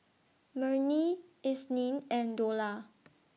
Murni Isnin and Dollah